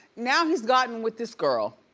now he's gotten with this girl,